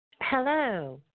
Hello